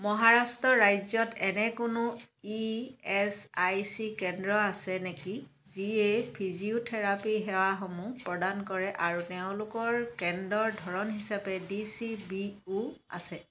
মহাৰাষ্ট্ৰ ৰাজ্যত এনে কোনো ইএচআইচি কেন্দ্ৰ আছে নেকি যিয়ে ফিজিঅ'থেৰাপী সেৱাসমূহ প্ৰদান কৰে আৰু তেওঁলোকৰ কেন্দ্ৰৰ ধৰণ হিচাপে ডি চি বিও আছে